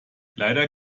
leider